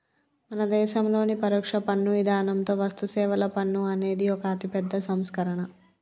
మన దేసంలోని పరొక్ష పన్ను ఇధానంతో వస్తుసేవల పన్ను అనేది ఒక అతిపెద్ద సంస్కరణ